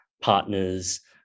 partners